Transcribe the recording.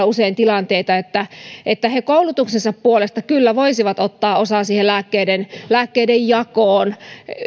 usein tilanteita että että he koulutuksensa puolesta kyllä voisivat ottaa osaa siihen lääkkeiden lääkkeiden jakoon